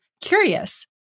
CURIOUS